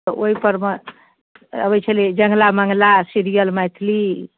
तऽ ओहिपरमे अबैत छलै जङ्गला मङ्गला सीरियल मैथिली